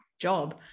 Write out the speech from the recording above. job